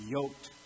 Yoked